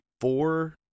four